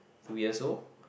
two years old